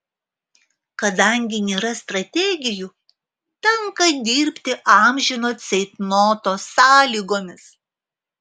kadangi nėra strategijų tenka dirbti amžino ceitnoto sąlygomis